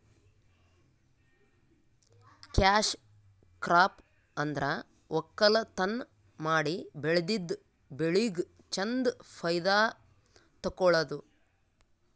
cash crop ಅಂದ್ರ ವಕ್ಕಲತನ್ ಮಾಡಿ ಬೆಳದಿದ್ದ್ ಬೆಳಿಗ್ ಚಂದ್ ಫೈದಾ ತಕ್ಕೊಳದು